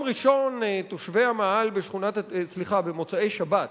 במוצאי שבת